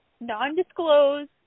non-disclosed